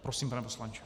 Prosím, pane poslanče.